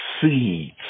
seeds